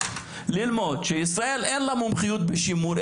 ללמוד שלישראל אין מומחיות בשימור,